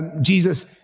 Jesus